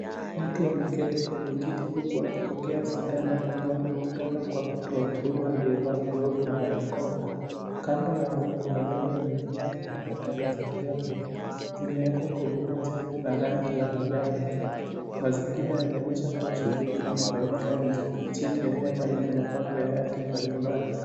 Mtu ameketi kwenye kiti kubwa akipokea sindano mkononi kutoka kwa mtu wahudumu aliyevaa glove na balakoa. Kando yao, kuna meza ya takataka za kifya, zimeekwa kwenye picha la rangi ya manjano. Mazingira yanaonyesha kuwa shughuli hii inafangika nje, chini ya hema lenye mabambo ya rangi mbalimbali.